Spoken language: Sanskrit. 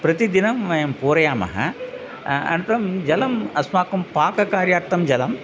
प्रतिदिनं वयं पूरयामः अनन्तरं जलम् अस्माकं पाककार्यार्थं जलम्